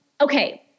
okay